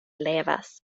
levas